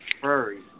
furry